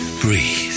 breathe